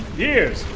years.